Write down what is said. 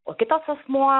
o kitos asmuo